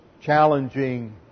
challenging